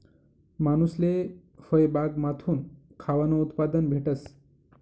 मानूसले फयबागमाथून खावानं उत्पादन भेटस